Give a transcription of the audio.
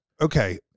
Okay